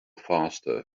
faster